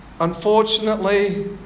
unfortunately